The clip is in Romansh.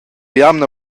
jamna